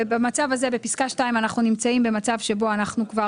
במצב הזה בפסקה (2) אנחנו נמצאים במצב שבו אנחנו כבר